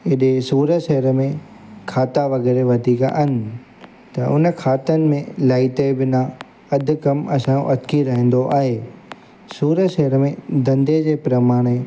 हेॾे सूरत शहर में खाता वग़ैरह वधीक आहिनि त उन खातनि में लाइट जे बिना अधु कमु असांजो अटिकी रहींदो आहे सूरत शहर में धंधे जे प्रमाणे